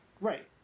Right